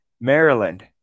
Maryland